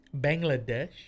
Bangladesh